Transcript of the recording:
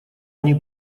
они